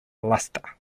luster